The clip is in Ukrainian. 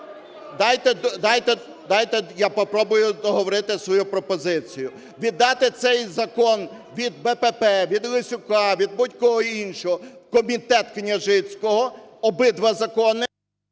дайте я попробую договорити свою пропозицію. Віддати цей закон від БПП, від Лесюка, від будь-кого іншого в комітет Княжицького, обидва закони…